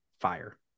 fire